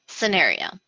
Scenario